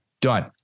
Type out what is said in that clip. done